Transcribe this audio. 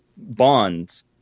Bonds